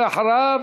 אחריו